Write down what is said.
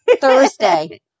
Thursday